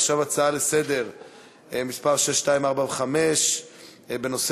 עכשיו הצעה לסדר-היום מס' 6245 בנושא